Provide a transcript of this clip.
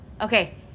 Okay